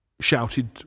shouted